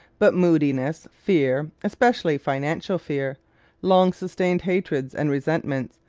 but moodiness, fear especially financial fear long-sustained hatreds and resentments,